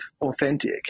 authentic